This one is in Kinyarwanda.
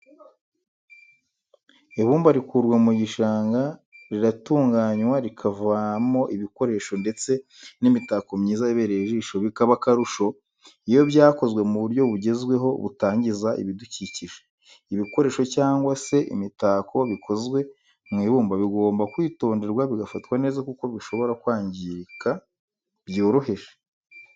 Ibumba rikurwa mu gishanga riratunganywa rikavamo ibikoresho ndetse n'imitako myiza ibereye ijisho bikaba akarusho iyo byakozwe mu buryo bugezweho butangiza ibidukikije. ibikoresho cyangwa se imitako bikozwe mu ibumba bigomba kwitonderwa bigafatwa neza kuko bishobora kwangirika byoroshye.